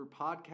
podcast